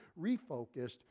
refocused